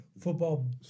football